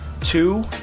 two